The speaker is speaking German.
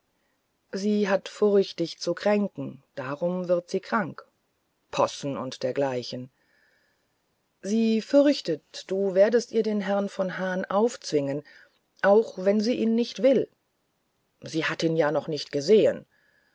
sie hat furcht dich zu kränken darum wird sie krank possen und dergleichen sie fürchtet du werdest ihr den herrn von hahn aufzwingen auch wenn sie ihn nicht will sie hat ihn ja noch nicht gesehen